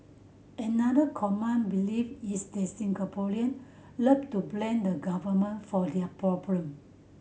another common belief is the Singaporean love to blame the Government for their problem